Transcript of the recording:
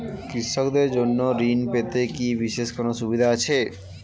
কৃষকদের জন্য ঋণ পেতে কি বিশেষ কোনো সুবিধা আছে?